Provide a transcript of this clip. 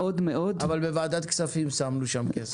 אבל בוועדת הכספים שמנו שם כסף.